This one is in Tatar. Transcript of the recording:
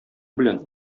белән